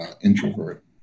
introvert